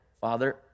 Father